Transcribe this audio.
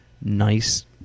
nice